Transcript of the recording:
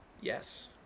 Yes